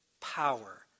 power